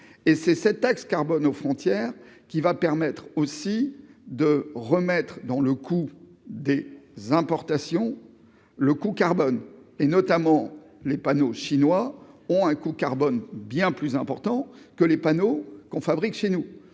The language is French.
et c'est cette taxe carbone aux frontières qui va permettre aussi de remettre dans le coût des importations, le coût carbone et notamment les panneaux chinois ont un coût carbone. Bien plus important que les panneaux qu'on fabrique chez nous,